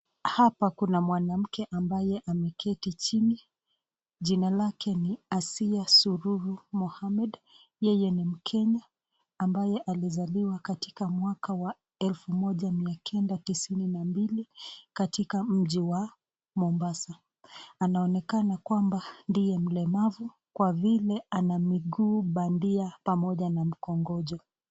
Hapa kuna mwanamke ambaye ameketi chini. Jina lake ni Asiya Suruhu Mohammed. Yeye ni Mkenya ambaye alizaliwa katika mwaka wa elfu moja mia kenda tisini na mbili katika mji wa Mombasa. Anaonekana kwamba ndiye mlemavu kwa vile ana miguu bandia pamoja na mkongojo.